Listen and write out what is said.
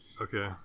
Okay